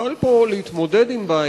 יוכל פה להתמודד עם בעיה.